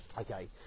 okay